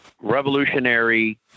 revolutionary